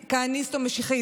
כהניסט או משיחיסט.